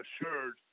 assured